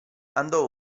andò